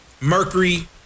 Mercury